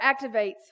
activates